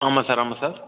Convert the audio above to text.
ஆமாம் சார் ஆமாம் சார்